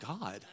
God